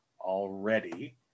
already